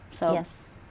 Yes